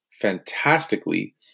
fantastically